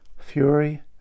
fury